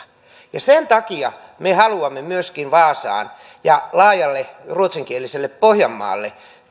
sen takia me haluamme myöskin vaasaan ja laajalle ruotsinkieliselle pohjanmaalle